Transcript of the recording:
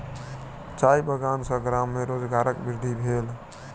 चाय बगान सॅ गाम में रोजगारक वृद्धि भेल